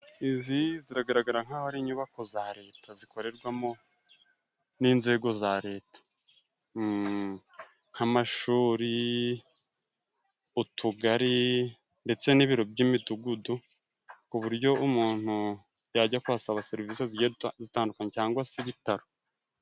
Izi zigaragara nkaho ari inyubako za leta, zikorerwamo n'inzego za leta nk'amashuri ,utugari ndetse n'ibiro by'imidugudu ku buryo umuntu yajya kuhasaba serivisi zigenda zitandukanye cyangwa se ibitaro.